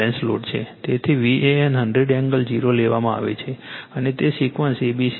તેથી VAN 100 angle 0 લેવામાં આવે છે અને તે સિકવન્સ a c b છે